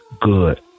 good